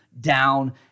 down